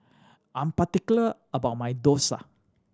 I'm particular about my dosa